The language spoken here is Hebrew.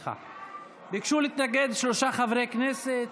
ביקשו להתנגד שלושה חברי כנסת,